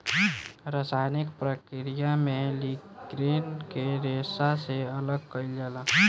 रासायनिक प्रक्रिया में लीग्रीन के रेशा से अलग कईल जाला